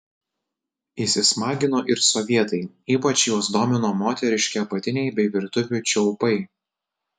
įsismagino ir sovietai ypač juos domino moteriški apatiniai bei virtuvių čiaupai